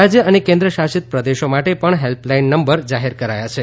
રાજ્ય અને કેન્દ્રશાસિત પ્રદેશો માટે પણ હેલ્પલાઈન નંબર જાહેર કરાયા છે